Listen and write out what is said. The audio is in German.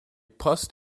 post